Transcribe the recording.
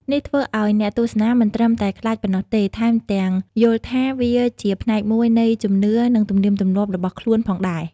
នេះធ្វើឲ្យអ្នកទស្សនាមិនត្រឹមតែខ្លាចប៉ុណ្ណោះទេ ថែមទាំងយល់ថាវាជាផ្នែកមួយនៃជំនឿនិងទំនៀមទម្លាប់របស់ខ្លួនផងដែរ។